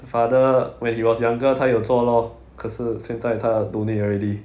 father when he was younger 他有做 lor 可是现在他 donate already